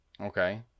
Okay